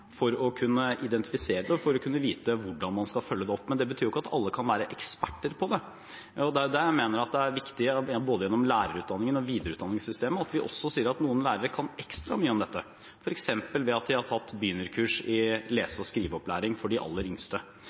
for å kunne identifisere det og for å kunne vite hvordan man skal følge det opp. Men det betyr ikke at alle kan være eksperter på det. Det er der jeg mener at det er viktig både gjennom lærerutdanningen og videreutdanningssystemet at vi også sier at noen lærere kan ekstra mye om dette, f.eks. ved at de har tatt begynnerkurs i lese- og skriveopplæring for de aller yngste.